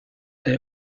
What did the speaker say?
haye